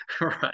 right